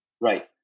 Right